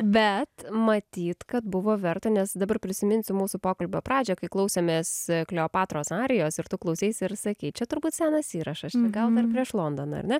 bet matyt kad buvo verta nes dabar prisiminsiu mūsų pokalbio pradžią kai klausėmės kleopatros arijos ir tu klauseisi ir sakei čia turbūt senas įrašas čia gal dar prieš londoną ar ne